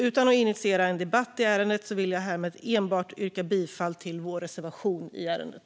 Utan att initiera en debatt i ärendet vill jag härmed enbart yrka bifall till vår reservation i ärendet.